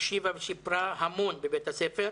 הקשיבה ושיפרה המון בבית הספר.